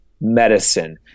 medicine